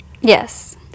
yes